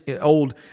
old